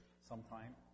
sometime